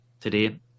today